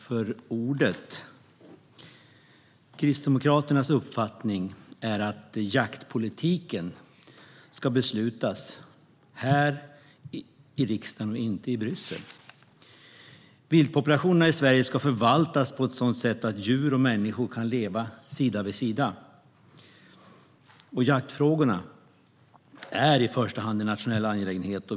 Fru talman! Kristdemokraternas uppfattning är att jaktpolitiken ska beslutas här i riksdagen och inte i Bryssel. Viltpopulationerna i Sverige ska förvaltas på ett sådant sätt att djur och människor kan leva sida vid sida. Jaktfrågorna är i första hand en nationell angelägenhet.